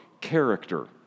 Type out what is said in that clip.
character